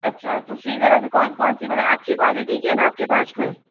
अच्छा तो सिज़र अभी कौन कौन सी मतलब अच्छी क्वालिटी की है ना आपके पास में